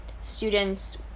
students